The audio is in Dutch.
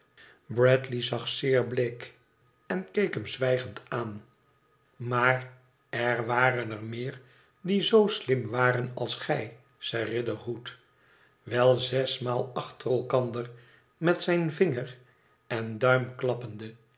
bradley zag zeer bleek en keek hem zwijgend aan maar er waren er meer die zoo slim waren als gij zei riderhood wel zesmaal achter elkander met zijn vinger en duim klappende